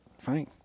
fine